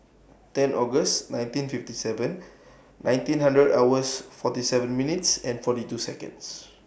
ten August nineteen fifty seven nineteen hundred hours forty seven minutes and forty two Seconds